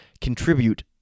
contribute